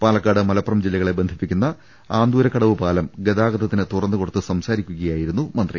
Palakkad Malappuram ജില്ലകളെ ബന്ധിപ്പിക്കുന്ന ആന്തൂരക്കടവ് പാലം ഗതാഗതത്തി ന് തുറന്നു കൊടുത്ത് സംസാരിക്കുകയായിരുന്നു മന്ത്രി